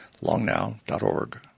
longnow.org